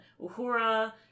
uhura